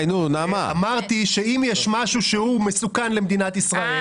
אמרתי שאם יש משהו שהוא מסוכן למדינת ישראל.